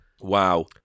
Wow